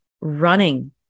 running